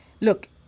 look